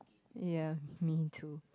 ya me too